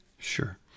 Sure